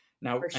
Now